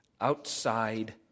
outside